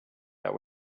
that